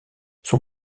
son